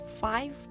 five